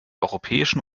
europäischen